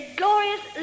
glorious